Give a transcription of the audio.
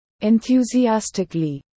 Enthusiastically